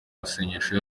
masengesho